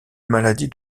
maladie